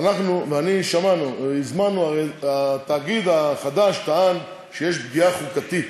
ושמענו: הזמנו, התאגיד החדש טען שיש פגיעה חוקתית,